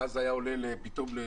ואז היה עולה פתאום.